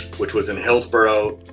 which was in hillsborough,